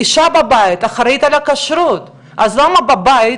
אישה בבית אחראית על הכשרות, אז למה בבית